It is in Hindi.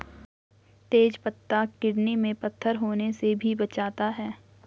तेज पत्ता किडनी में पत्थर होने से भी बचाता है